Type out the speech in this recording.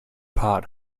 pot